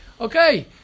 okay